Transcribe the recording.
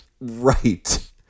Right